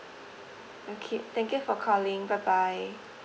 okay thank you for calling bye bye